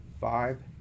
five